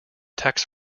tax